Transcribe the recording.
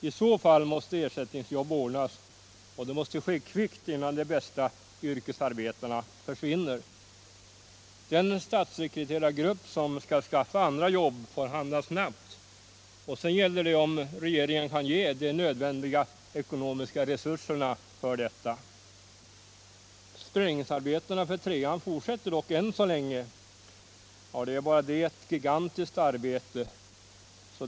I så fall måste ersättningsjobb ordnas, och det måste ske kvickt innan de bästa yrkesarbetarna försvinner. Den statssekreterargrupp som skall skaffa andra jobb får handla snabbt, och sedan gäller det om regeringen kan ge de nödvändiga ekonomiska-resurserna. Sprängningsarbetena för trean fortsätter dock än så länge. Bara det är ett gigantiskt arbete.